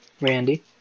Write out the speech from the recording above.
Randy